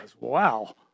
Wow